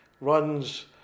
runs